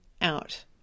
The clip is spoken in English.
out